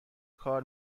کار